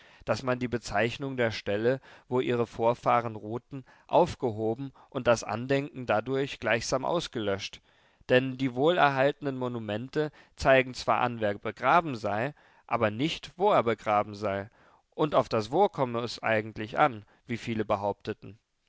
daß man die bezeichnung der stelle wo ihre vorfahren ruhten aufgehoben und das andenken dadurch gleichsam ausgelöscht denn die wohlerhaltenen monumente zeigen zwar an wer begraben sei aber nicht wo er begraben sei und auf das wo komme es eigentlich an wie viele behaupteten